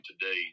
today